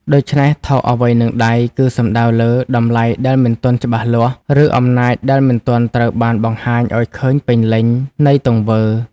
ដូច្នេះ "ថោកអ្វីនឹងដៃ" គឺសំដៅលើ តម្លៃដែលមិនទាន់ច្បាស់លាស់ ឬ អំណាចដែលមិនទាន់ត្រូវបានបង្ហាញឱ្យឃើញពេញលេញ នៃទង្វើ។